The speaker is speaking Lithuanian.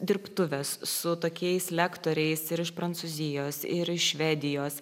dirbtuvės su tokiais lektoriais ir iš prancūzijos ir iš švedijos